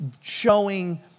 showing